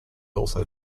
also